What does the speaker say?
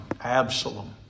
Absalom